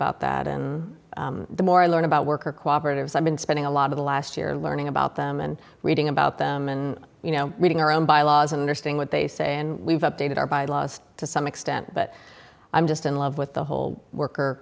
about that and the more i learn about work or cooperate as i've been spending a lot of the last year learning about them and reading about them and you know reading our own byelaws understand what they say and we've updated our by laws to some extent but i'm just in love with the whole work